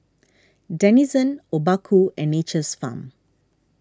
Denizen Obaku and Nature's Farm